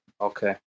Okay